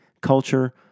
culture